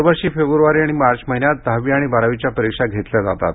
दरवर्षी फेब्रवारी आणि मार्च महिन्यात दहावी आणि बारावीच्या परिक्षा घेतल्या जातात